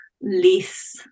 less